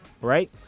right